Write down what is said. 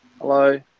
Hello